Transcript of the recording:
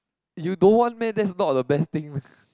you don't want meh that's not the best thing